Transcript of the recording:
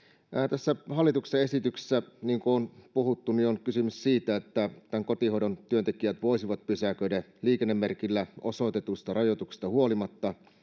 tässä hallituksen esityksessä niin kuin on puhuttu on kysymys siitä että kotihoidon työntekijät voisivat pysäköidä liikennemerkillä osoitetusta rajoituksesta huolimatta